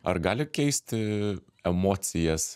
ar gali keisti emocijas